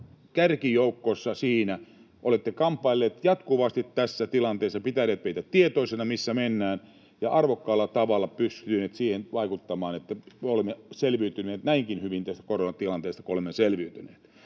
kärkijoukossa siinä. Olette kamppaillut jatkuvasti tässä tilanteessa, pitänyt meitä tietoisina, missä mennään, ja arvokkaalla tavalla pystynyt vaikuttamaan siihen, että olemme selviytyneet tästä koronatilanteesta näinkin hyvin kuin olemme selviytyneet.